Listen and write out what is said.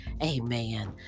Amen